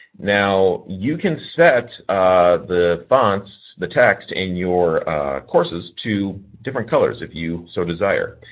now you can set the fonts, the text in your courses, to different colours if you so desire.